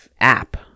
app